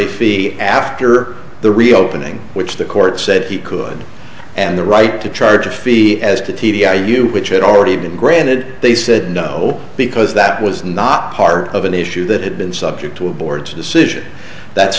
a fee after the reopening which the court said he could and the right to charge a fee as to t d r you which had already been granted they said no because that was not part of an issue that had been subject to a board decision that's